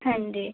ਹਾਂਜੀ